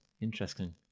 Interesting